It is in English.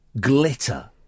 Glitter